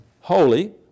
holy